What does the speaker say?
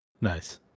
Nice